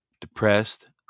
Depressed